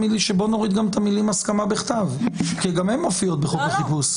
נוריד גם את המילים "הסכמה בכתב" כי גם הן מופיעות בחוק החיפוש.